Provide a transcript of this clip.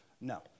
No